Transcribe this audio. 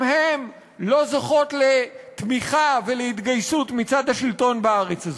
גם הן לא זוכות לתמיכה ולהתגייסות מצד השלטון בארץ הזאת.